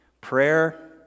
Prayer